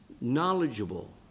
knowledgeable